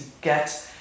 get